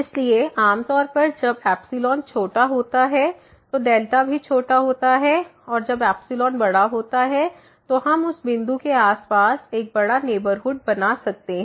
इसलिए आमतौर पर जब छोटा होता है तो भी छोटा होता है और जब बड़ा होता है तो हम उस बिंदु के आसपास एक बड़ा नेबरहुड बना सकते हैं